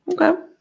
Okay